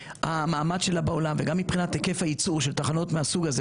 המעמד שלה בעולם וגם מבחינת היקף היצור מהסוג הזה.